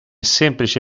semplice